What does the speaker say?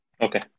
Okay